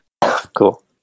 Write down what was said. Cool